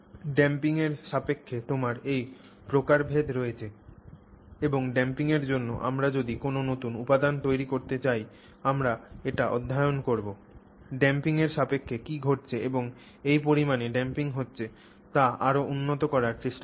damping এর সাপেক্ষে তোমার এই প্রকারভেদ রয়েছে এবং ড্যাম্পিং এর জন্য আমরা যদি কোনও নতুন উপাদান তৈরি করতে চাই আমরা এটি অধ্যয়ন করব ড্যাম্পিং এর সাপেক্ষে কী ঘটেছে এবং যে পরিমাণে ড্যাম্পিং হচ্ছে তা আরও উন্নত করার চেষ্টা করব